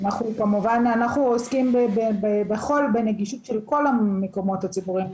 אנחנו כמובן עוסקים בנגישות של כל המקומות הציבוריים,